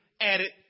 added